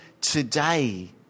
today